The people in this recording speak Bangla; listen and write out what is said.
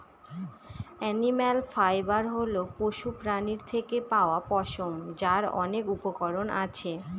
এনিম্যাল ফাইবার হল পশুপ্রাণীর থেকে পাওয়া পশম, যার অনেক উপকরণ আছে